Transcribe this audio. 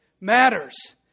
matters